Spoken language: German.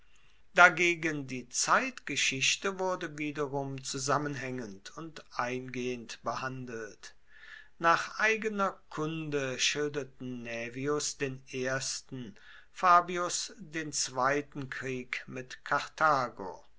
dagegen die zeitgeschichte wurde wiederum zusammenhaengend und eingehend behandelt nach eigener kunde schilderten naevius den ersten fabius den zweiten krieg mit karthago